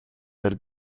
del